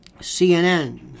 CNN